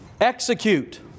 Execute